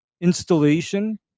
installation